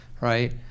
right